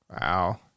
Wow